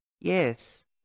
Yes